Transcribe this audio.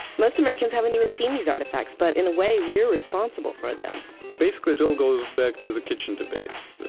most americans haven't even seen these artifacts, but in a way, we're responsible for them basically, it all goes back to the kitchen debates.